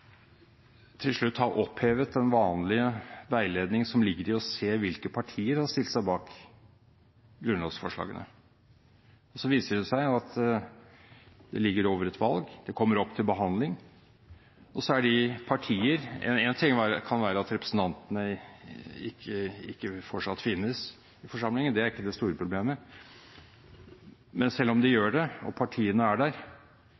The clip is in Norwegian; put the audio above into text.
til slutt har opphevet den vanlige veiledningen som ligger i å se hvilke partier som har stilt seg bak grunnlovsforslagene. Så viser det seg at det ligger over et valg, det kommer opp til behandling. Én ting er at det kan være at representantene ikke finnes i forsamlingen fortsatt, det er ikke det store problemet. For selv om de gjør det og partiene er der,